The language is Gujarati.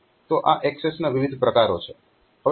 તો આ એક્સેસના વિવિધ પ્રકારો છે